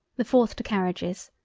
the fourth to carriages,